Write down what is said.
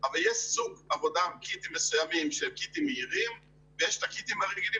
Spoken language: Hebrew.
אבל יש קיטים מסוימים שהם קיטים מהירים ויש את הקיטים הרגילים